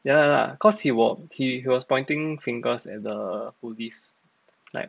ya lah ya lah cause he wa~ he was pointing fingers at the police like